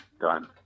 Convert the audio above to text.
done